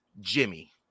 Jimmy